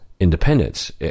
independence